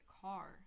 car